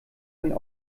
ein